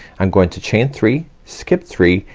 i'm going to chain three, skip three,